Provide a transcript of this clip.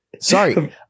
Sorry